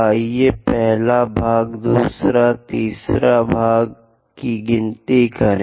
आइए पहले भाग दूसरे तीसरे भाग की गिनती करें